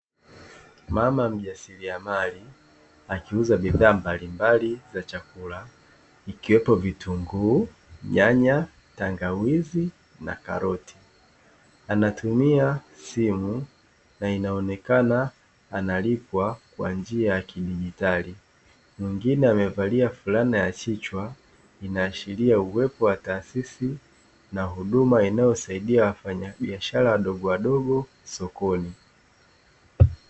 Mama mjasiriamali akiuza bidhaa mbalimbali za kilimo ikiwemo nyanya akiwa analipwa kwa kidigitali juu amevalia kofia ikiwa inaonyesha taasisi katika eneo hilo